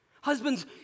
Husbands